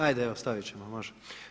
Ajde evo stavit ćemo može.